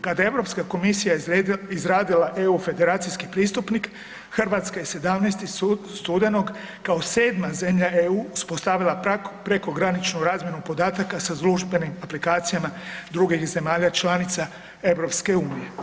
Kada je Europska komisija izradila EU federacijski pristupnik Hrvatska je 17. studenog kao 7 sedma zemlja EU uspostavila prekograničnu razmjenu podataka sa službenim aplikacija drugih zemalja članica EU.